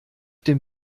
dem